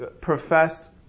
professed